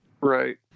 Right